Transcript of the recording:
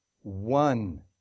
one